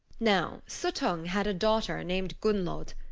now, suttung had a daughter named gunnlod,